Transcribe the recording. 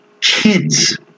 kids